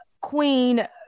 queen